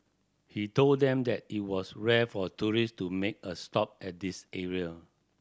he told them that it was rare for tourist to make a stop at this area